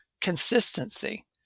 Consistency